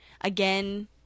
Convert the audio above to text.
Again